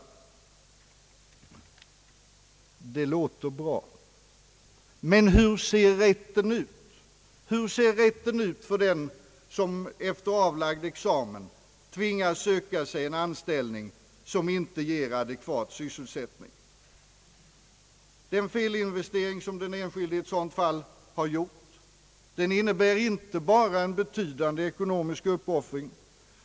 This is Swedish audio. Det låter bra. Men hur ser rätten ut för den som efter avlagd examen tvingas söka sig en anställning som inte ger adekvat sysselsättning? Den felinvestering som den enskilde i ett sådant fall har gjort innebär inte bara en betydande ekonomisk uppoffring.